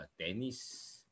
tennis